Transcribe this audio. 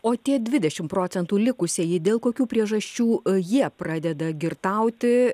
o tie dvidešim procentų likusieji dėl kokių priežasčių jie pradeda girtauti